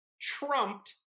trumped